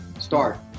Start